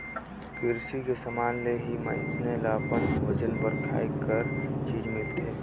किरसी के समान ले ही मइनसे ल अपन भोजन बर खाए कर चीज मिलथे